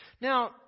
Now